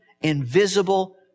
invisible